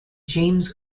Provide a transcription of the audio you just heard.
james